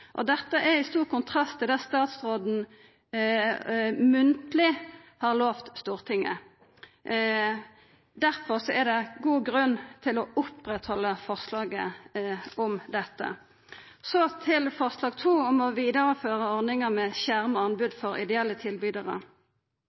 videreutvikles.» Dette står i stor kontrast til det statsråden munnleg har lova Stortinget. Derfor er det god grunn til å oppretthalda forslaget om dette. Så til forslag nr. 2, om å vidareføra ordninga med skjerma anbod for ideelle tilbydarar.